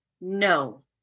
No